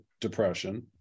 depression